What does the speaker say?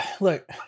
look